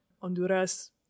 honduras